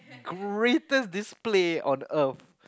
greatest display on earth